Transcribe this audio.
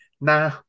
nah